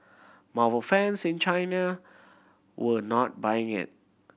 Marvel fans in China were not buying it